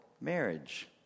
marriage